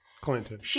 Clinton